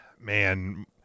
man